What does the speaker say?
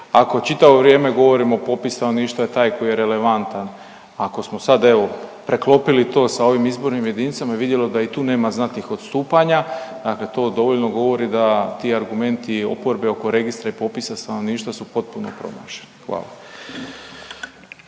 ako čitavo vrijeme govorimo popis stanovništva je taj koji je relevantan. Ako smo sad evo preklopili to sa ovim izbornim jedinicama, vidjeli da i tu nema znatnih odstupanja, dakle to dovoljno govori da ti argumenti oporbe oko registra i popisa stanovništva su potpuno promašeni. Hvala.